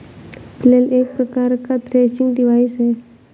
flail एक प्रकार का थ्रेसिंग डिवाइस है